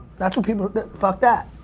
that's what people are, fuck that,